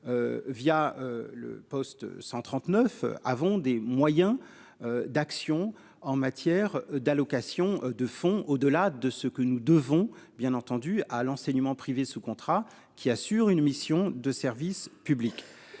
Via le poste 139, avons des moyens. D'action en matière d'allocations de fonds au-delà de ce que nous devons bien entendu à l'enseignement privé sous contrat qui assure une mission de service public.